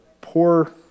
poor